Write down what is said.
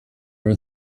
are